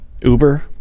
Uber